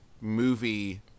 movie